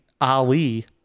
Ali